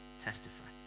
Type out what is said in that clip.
testify